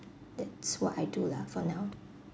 it's what I do lah for now